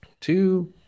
two